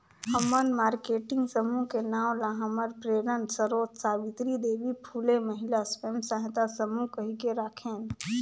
हमन मारकेटिंग समूह के नांव ल हमर प्रेरन सरोत सावित्री देवी फूले महिला स्व सहायता समूह कहिके राखेन